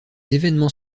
événements